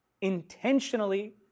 intentionally